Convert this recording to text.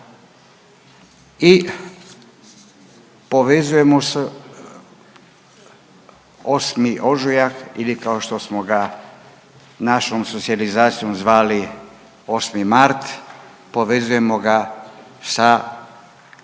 i povezujemo s 8. ožujak ili kao što smo ga našom socijalizacijom zvali 8. mart povezujemo ga sa borbom